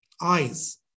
eyes